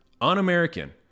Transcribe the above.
un-American